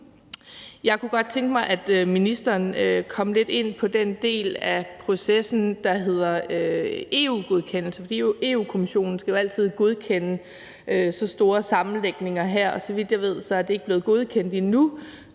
Jeg kunne godt tænke mig, at ministeren kom lidt ind på den del af processen, der handler om EU's godkendelse, for Europa-Kommissionen skal jo altid godkende så store sammenlægninger, og så vidt jeg ved, er den ikke blevet godkendt endnu.